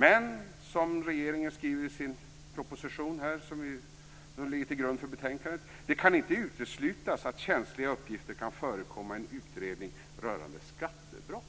Men som regeringen skriver i sin proposition, som ligger till grund för betänkandet, kan det inte uteslutas att känsliga uppgifter kan förekomma i en utredning rörande skattebrott.